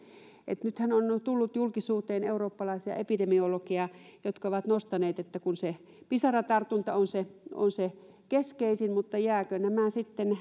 esille nythän on on tullut julkisuuteen eurooppalaisia epidemiologeja jotka ovat nostaneet että kun se pisaratartunta on se keskeisin mutta jäävätkö